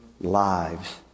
lives